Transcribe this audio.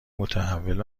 متحول